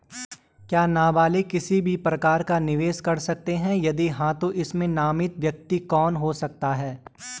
क्या नबालिग किसी भी प्रकार का निवेश कर सकते हैं यदि हाँ तो इसमें नामित व्यक्ति कौन हो सकता हैं?